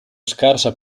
scarsa